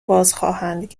بازخواهند